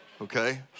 Okay